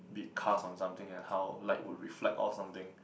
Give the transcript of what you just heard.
be cast on something and how light would reflect off something